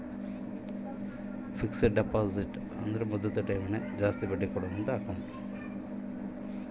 ಜಾಸ್ತಿ ಬಡ್ಡಿ ಕೊಡೋ ಅಕೌಂಟ್ ಯಾವುದು?